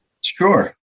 Sure